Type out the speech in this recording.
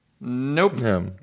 nope